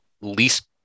least